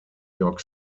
york